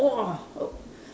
!whoa! err